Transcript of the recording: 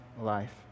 life